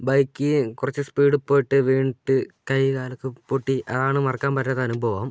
bike കുറച്ച് സ്പീഡിൽപ്പോയിട്ട് വീണിട്ട് കൈകാലൊക്കെ പൊട്ടി അതാണ് മറക്കാൻ പറ്റാത്ത അനുഭവം